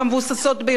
והמבוססות ביותר?